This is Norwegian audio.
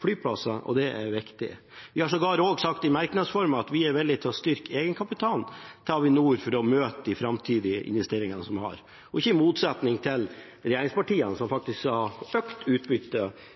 flyplasser på, og det er viktig. Vi har i merknadsform sågar sagt at vi er villig til å styrke egenkapitalen til Avinor for å møte de framtidige investeringene – i motsetning til regjeringspartiene, som faktisk har økt utbytte